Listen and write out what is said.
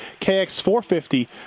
KX450